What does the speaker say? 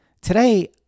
Today